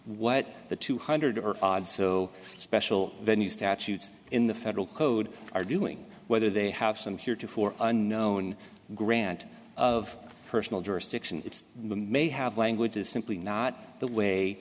what the two hundred odd so special venue statutes in the federal code are doing whether they have some here to for unknown grant of personal jurisdiction may have language is simply not the way